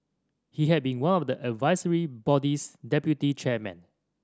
he had been one of the advisory body's deputy chairmen